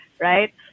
right